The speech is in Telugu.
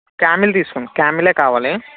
క్యామెల్ తీసుకోండి క్యామెలే కావాలి